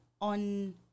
on